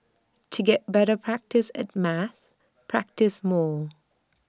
to get better practise at maths practise more